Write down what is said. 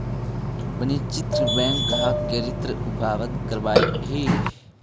वाणिज्यिक बैंक ग्राहक के ऋण उपलब्ध करावऽ हइ